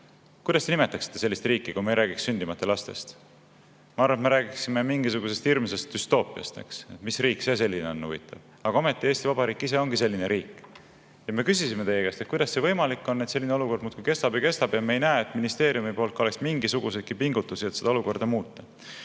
Kuidas te nimetaksite sellist riiki, kui me ei räägiks sündimata lastest? Ma arvan, et me räägiksime mingisugusest hirmsast düstoopiast, eks. Mis riik see selline on, huvitav? Aga ometi Eesti Vabariik ise ongi selline riik. Me küsisime teie käest, kuidas on võimalik, et selline olukord muudkui kestab ja kestab ja me ei näe, et ministeerium oleks teinud mingisuguseidki pingutusi, et seda olukorda muuta.